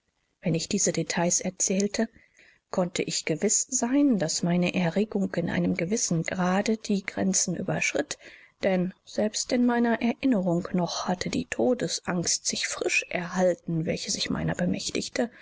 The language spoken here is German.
wenn ich diese details erzählte konnte ich gewiß sein daß meine erregung in einem gewissen grade die grenzen überschritt denn selbst in meiner erinnerung noch hatte die todesangst sich frisch erhalten welche sich meiner bemächtigte